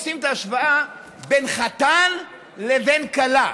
עושים את ההשוואה בין חתן לבין כלה: